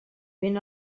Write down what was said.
ben